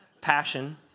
Passion